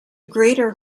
greater